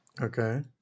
Okay